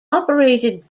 operated